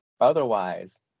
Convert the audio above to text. otherwise